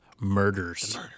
murders